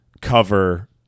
cover